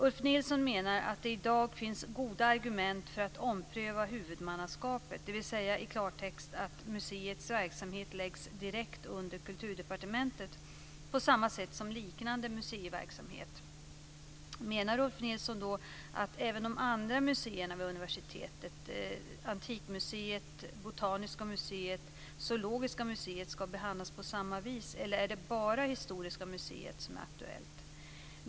Ulf Nilsson menar att det i dag finns goda argument för att ompröva huvudmannaskapet, dvs. i klartext att museets verksamhet läggs direkt under Kulturdepartementet på samma sätt som liknande museiverksamhet. Menar Ulf Nilsson att även de andra museerna vid universitet, dvs. Antikmuseet, Botaniska museet och Zoologiska museet, ska behandlas på samma vis, eller är det bara Historiska museet som är aktuellt?